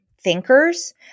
thinkers